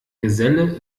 geselle